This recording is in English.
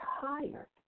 tired